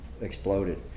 exploded